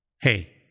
Hey